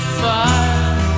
fire